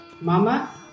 Mama